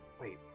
wait